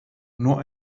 nur